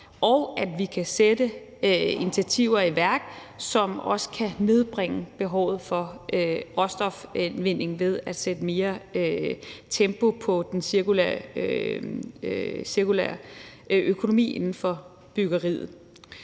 og at vi kan sætte initiativer i værk, som også kan nedbringe behovet for råstofindvinding ved at sætte mere tempo på den cirkulære økonomi inden for byggeriet.